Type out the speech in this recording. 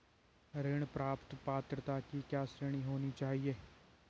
ऋण प्राप्त पात्रता की क्या श्रेणी होनी चाहिए?